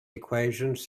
equations